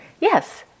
Yes